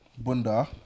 Bunda